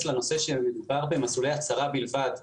לנושא שמדובר במסלולי הצהרה בלבד,